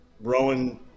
Rowan